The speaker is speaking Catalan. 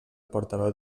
portaveu